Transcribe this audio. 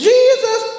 Jesus